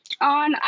on